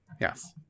Yes